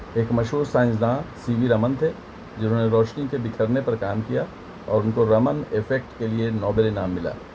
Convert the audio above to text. ایک مشہور سائنسداں سی وی رمن تھے جنہوں نے روشنی کے بکھرنے پر کام کیا اور ان کو رمن افیکٹ کے لیے نابل انعام ملا